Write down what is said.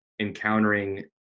encountering